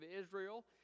Israel